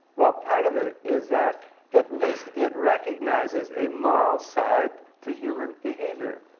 well, part of it is that at least it recognizes a moral side to human behavior.